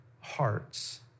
hearts